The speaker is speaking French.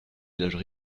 villages